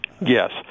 Yes